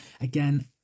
again